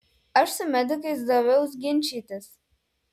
aš su medikais daviaus ginčytis